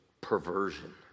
perversion